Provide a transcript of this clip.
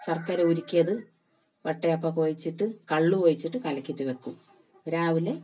ശർക്കര ഉരുക്കിയത് വട്ടയപ്പം കുഴച്ചിട്ട് കള്ള് ഒഴിച്ചിട്ട് കലക്കിയിട്ട് വയ്ക്കും രാവിലെ